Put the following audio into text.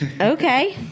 okay